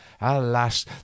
Alas